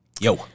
Yo